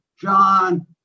John